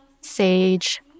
sage